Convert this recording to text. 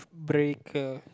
breaker